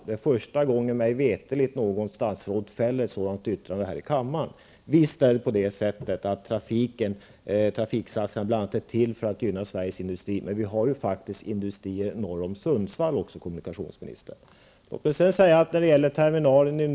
Mig veterligt är det första gången som något statsråd fäller ett sådant yttrande här i kammaren. Visst är trafiksatsningar till för att bl.a. gynna Sveriges industri, men det finns faktiskt industrier också norr om Sundsvall, kommunikationsministern!